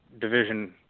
division